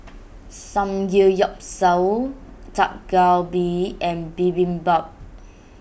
Samgeyopsal Dak Galbi and Bibimbap